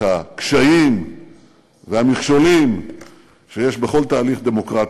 הקשיים והמכשולים שיש בכל תהליך דמוקרטי.